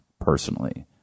Personally